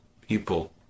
people